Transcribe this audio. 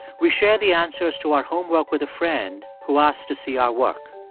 we share the answers to our homework with a friend who asked to see our work.